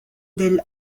del